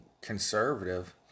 conservative